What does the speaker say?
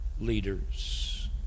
leaders